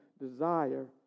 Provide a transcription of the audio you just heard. desire